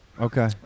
Okay